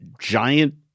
giant